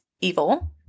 evil